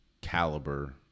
caliber